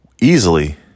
easily